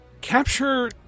capture